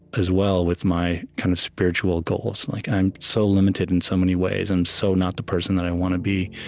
as well, with my kind of spiritual goals. and like i'm so limited in so many ways. i'm so not the person that i want to be.